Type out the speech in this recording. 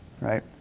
right